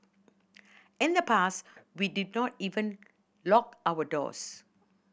in the past we did not even lock our doors